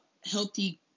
healthy